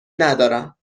ندارم